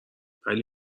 ولی